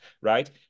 right